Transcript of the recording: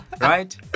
right